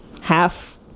half